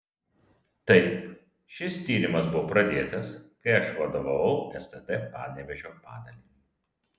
taip šis tyrimas buvo pradėtas kai aš vadovavau stt panevėžio padaliniui